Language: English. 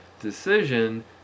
decision